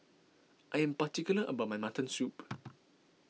I am particular about my Mutton Soup